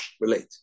relate